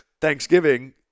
Thanksgiving